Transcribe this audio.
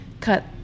cut